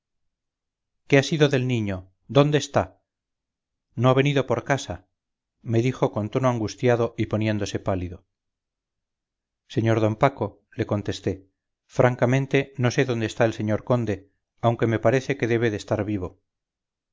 qué ha sido del niño dónde está no ha venido por casa me dijo con tono angustiado y poniéndose pálido sr d paco le contesté francamente no sé dónde está el señor conde aunque me parece que debe de estar vivo